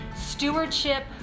stewardship